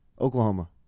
Oklahoma